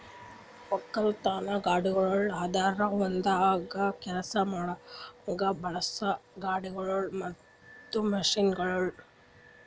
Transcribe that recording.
ಒಕ್ಕಲತನದ ಗಾಡಿಗೊಳ್ ಅಂದುರ್ ಹೊಲ್ದಾಗ್ ಕೆಲಸ ಮಾಡಾಗ್ ಬಳಸೋ ಗಾಡಿಗೊಳ್ ಮತ್ತ ಮಷೀನ್ಗೊಳ್